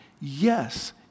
Yes